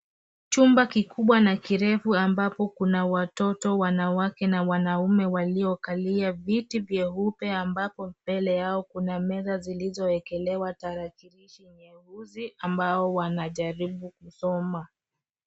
Chumba kikubwa na kirefu ambapo kuna watoto wanawake na wanaume waliokalia viti vyeupe, ambapo mbele yao kuna meza zilizowekelewa tarakilishi nyeusi ambao wanajaribu kusoma.